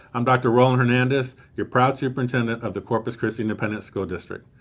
i'm dr. roland hernandez, your proud superintendent of the corpus christi independent school district.